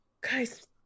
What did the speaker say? Guys